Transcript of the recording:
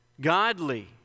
godly